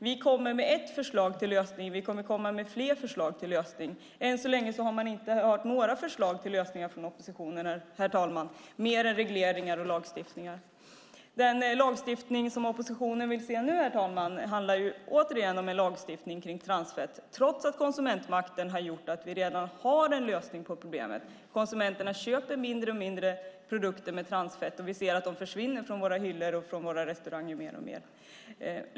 Vi lägger fram ett förslag till lösning, och vi kommer att lägga fram fler förslag till lösningar. Än så länge har vi inte hört några förslag till lösningar från oppositionen, herr talman, mer än regleringar och lagstiftning. Den lagstiftning som oppositionen vill se nu, herr talman, handlar återigen om transfett, trots att konsumentmakten har gjort att vi redan har en lösning på problemet. Konsumenterna köper färre och färre produkter som innehåller transfetter, och vi ser att de försvinner från våra hyllor och restauranger.